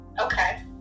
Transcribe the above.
Okay